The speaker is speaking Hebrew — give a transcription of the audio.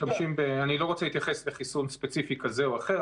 אני לא רוצה להתייחס לחיסון ספציפי כזה או אחר,